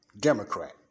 Democrat